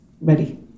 ready